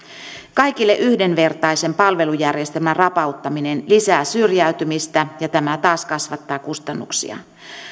kaikille yhdenvertaisen palvelujärjestelmän rapauttaminen lisää syrjäytymistä ja tämä taas kasvattaa kustannuksia